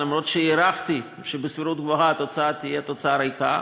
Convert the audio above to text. אפילו שהערכתי שבסבירות גבוהה התוצאה תהיה תוצאה ריקה.